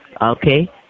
Okay